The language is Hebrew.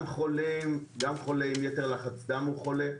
גם חולה יתר לחץ דם הוא חולה,